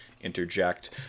interject